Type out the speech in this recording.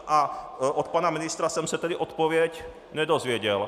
A od pana ministra jsem se tedy odpověď nedozvěděl.